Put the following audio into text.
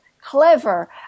clever